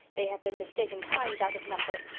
they have been mistaken times out of number.